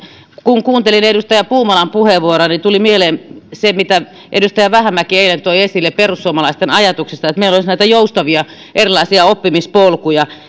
kun kuuntelin edustaja puumalan puheenvuoroa niin tuli mieleen se mitä edustaja vähämäki eilen toi esille perussuomalaisten ajatuksista että meillä olisi näitä joustavia erilaisia oppimispolkuja